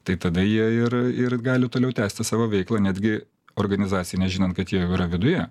tai tada jie ir ir gali toliau tęsti savo veiklą netgi organizacijai nežinant kad jie jau yra viduje